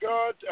God